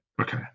Okay